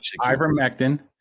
ivermectin